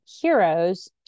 heroes